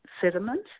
sediment